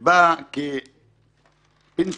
דבי, דבי.